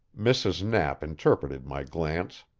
mrs. knapp interpreted my glance.